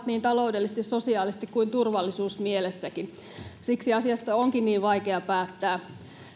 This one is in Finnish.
niin taloudellisesti sosiaalisesti kuin turvallisuusmielessäkin siksi asiasta onkin niin vaikea päättää